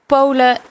Polen